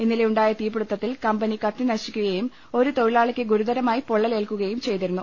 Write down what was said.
ഇന്നലെയുണ്ടായിതീ പിടുത്തത്തിൽ കമ്പനിടുകത്തി നശിക്കുകയും ഒരു തൊഴിലാളിക്ക് ഗുരുതരമായി പൊള്ളൽ എൽക്കുകയും ചെയ്തിരുന്നു